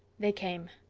they came.